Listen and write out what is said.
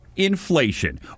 Inflation